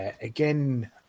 again